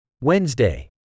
Wednesday